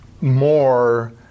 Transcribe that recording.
more